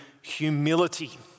humility